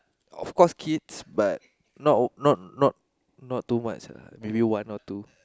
of course kids but not ah not not not too much ah maybe one or two